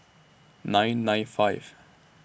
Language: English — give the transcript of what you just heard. nine nine five